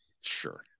Sure